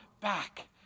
back